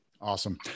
Awesome